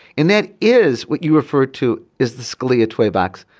and that is what you refer to is the scalia toy box.